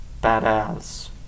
badass